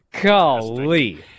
golly